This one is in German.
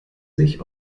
sich